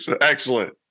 excellent